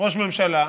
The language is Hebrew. ראש ממשלה,